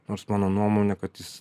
nors mano nuomone kad jis